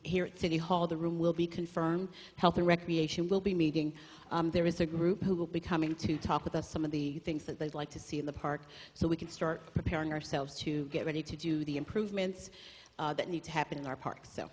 here at city hall the room will be confirmed health and recreation will be meeting there is a group who will be coming to talk with us some of the things that they'd like to see in the park so we can start preparing ourselves to get ready to do the improvements that need to happen in our parks so